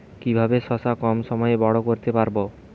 কিভাবে শশা কম সময়ে বড় করতে পারব?